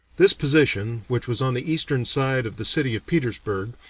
this position, which was on the eastern side of the city of petersburg,